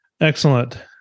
Excellent